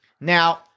Now